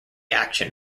action